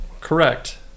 correct